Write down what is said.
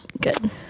good